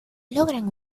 logran